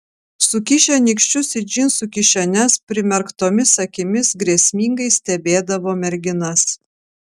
sukišę nykščius į džinsų kišenes primerktomis akimis grėsmingai stebėdavo merginas